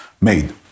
made